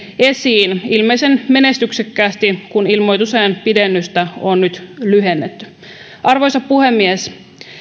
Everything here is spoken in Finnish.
esiin ilmeisen menestyksekkäästi kun ilmoitusajan pidennystä on nyt lyhennetty arvoisa puhemies